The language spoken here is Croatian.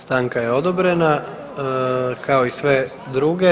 Stanka je odobrena, kao i sve druge.